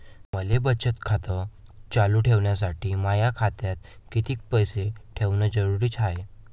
मले बचत खातं चालू ठेवासाठी माया खात्यात कितीक पैसे ठेवण जरुरीच हाय?